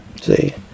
See